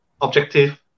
objective